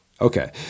Okay